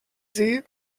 seh